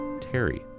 Terry